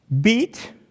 Beat